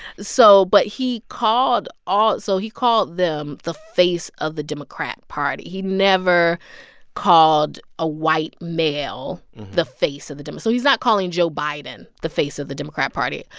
so but he called all so he called them the face of the democrat party. he never called a white male the face of the so he's not calling joe biden the face of the democrat party.